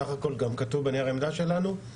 סך הכל גם כתוב בנייר עמדה שלנו,